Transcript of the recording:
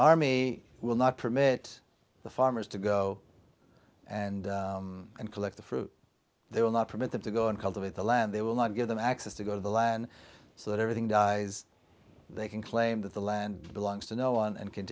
army will not permit the farmers to go and collect the fruit they will not permit them to go and cultivate the land they will not give them access to go to the land so that everything dies they can claim that the land belongs to know and can